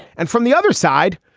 and from the other side,